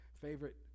favorite